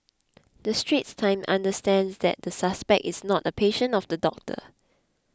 the Straits Times understands that the suspect is not a patient of the doctor